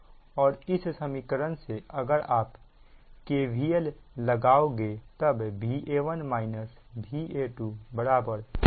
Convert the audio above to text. और इस समीकरण से अगर आप KVL लगाओगे तब Va1 Va2 Zf Ia1 मिलेगा